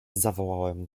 zawołałem